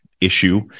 issue